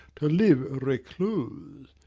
to live recluse!